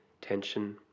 Tension